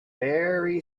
very